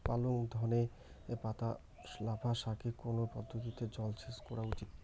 পালং ধনে পাতা লাফা শাকে কোন পদ্ধতিতে জল সেচ করা উচিৎ?